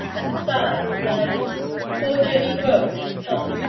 and sigh, like poor jemmy grove in the song.